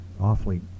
awfully